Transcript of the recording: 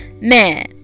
Man